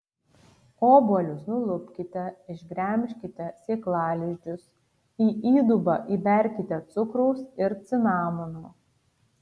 obuolius nulupkite išgremžkite sėklalizdžius į įdubą įberkite cukraus ir cinamono